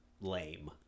lame